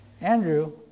Andrew